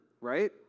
right